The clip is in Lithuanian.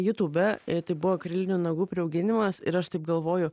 jutūbe tai buvo akrilinių nagų priauginimas ir aš taip galvoju